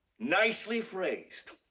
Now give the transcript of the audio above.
nicely phrased?